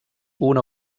una